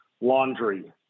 laundry